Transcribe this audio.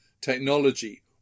technology